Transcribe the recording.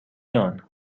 یان